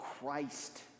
Christ